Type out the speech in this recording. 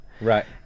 Right